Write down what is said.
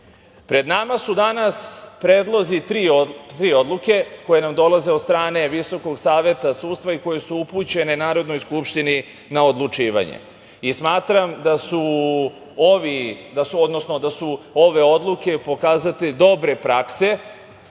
nama su danas predlozi tri odluke koje nam dolaze od strane VSS i koje su upućene Narodnoj skupštini na odlučivanje. Smatram da su ove odluke pokazatelj dobre prakse